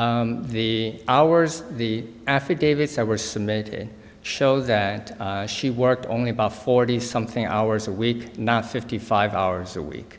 different the hours the affidavits were submitted shows that she worked only about forty something hours a week not fifty five hours a week